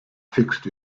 fixed